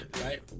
right